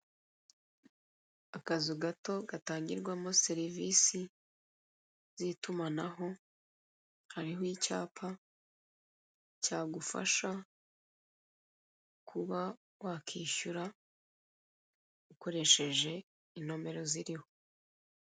Akazu gato gatangirwamo serivise z'itumanaho hariho icyapa cyagufasha kuba wakwishyura ukoresheje inomero ziriho.